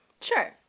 Sure